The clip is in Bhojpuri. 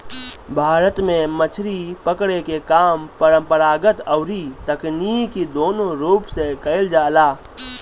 भारत में मछरी पकड़े के काम परंपरागत अउरी तकनीकी दूनो रूप से कईल जाला